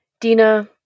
Dina